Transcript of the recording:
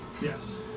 Yes